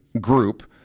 group